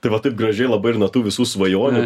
tai va taip gražiai labai ir nuo tų visų svajonių